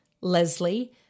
Leslie